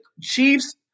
chiefs